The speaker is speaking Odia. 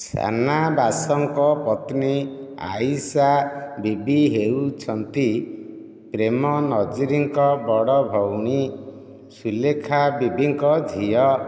ସନାବାସଙ୍କ ପତ୍ନୀ ଆଇଶା ବିବି ହେଉଛନ୍ତି ପ୍ରେମ ନଜରୀଙ୍କ ବଡ଼ ଭଉଣୀ ସୁଲେଖା ବିବିଙ୍କ ଝିଅ